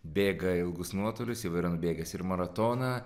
bėga ilgus nuotolius jau yra nubėgęs ir maratoną